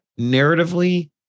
narratively